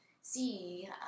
see